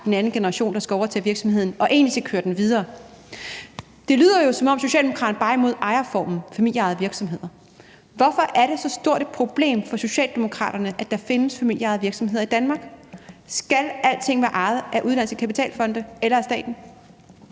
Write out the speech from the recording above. den næste generation, der skal overtage virksomheden og egentlig skal køre den videre. Det lyder jo, som om Socialdemokraterne bare er imod ejerformen familieejede virksomheder. Hvorfor er det så stort et problem for Socialdemokraterne, at der findes familieejede virksomheder i Danmark? Skal alting være ejet af udenlandske kapitalfonde eller af staten?